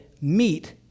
meet